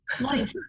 Life